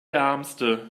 ärmste